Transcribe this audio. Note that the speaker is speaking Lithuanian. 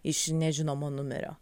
iš nežinomo numerio